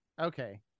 Okay